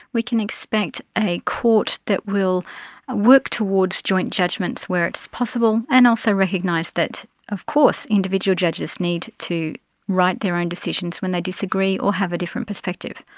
we can expect a court that will work towards joint judgements where it's possible and also recognise that of course individual judges need to write their own decisions when they disagree or have a different perspective.